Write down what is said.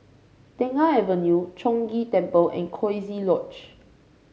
Tengah Avenue Chong Ghee Temple and Coziee Lodge